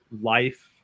life